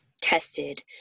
tested